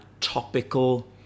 topical